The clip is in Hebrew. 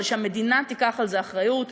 אבל שהמדינה תיקח על זה אחריות,